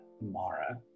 Mara